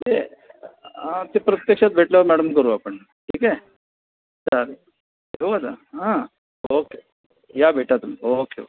ते ते प्रत्यक्षात भेटल्यावर मॅडम करू आपण ठीक आहे चालेल ठेऊ आता हां ओके या भेटा तुम्ही ओके ओके